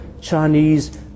Chinese